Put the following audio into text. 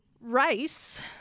Rice